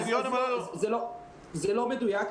זה לא מדויק.